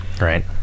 right